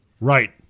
Right